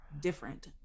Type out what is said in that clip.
different